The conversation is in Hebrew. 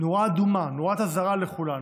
נורה אדומה, נורת אזהרה לכולנו.